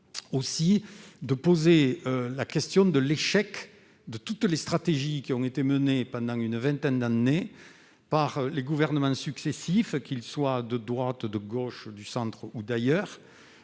nous interroger sur l'échec de toutes les stratégies menées pendant une vingtaine d'années par les gouvernements successifs, qu'ils soient de droite, de gauche, du centre ou d'ailleurs